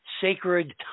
sacred